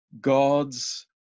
God's